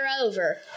over